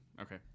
okay